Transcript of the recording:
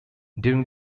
during